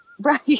Right